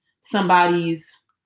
somebody's